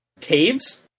caves